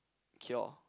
cure